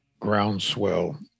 Groundswell